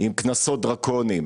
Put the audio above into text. עם קנסות דרקוניים